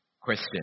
Question